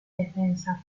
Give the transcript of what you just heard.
defensa